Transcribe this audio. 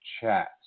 chat